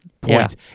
points